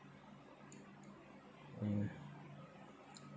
mm